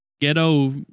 Ghetto